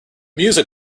music